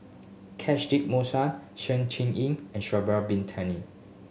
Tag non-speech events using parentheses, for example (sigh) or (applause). Catchtick (unintelligible) Sng Choon Yeen and Shabra Bin (unintelligible)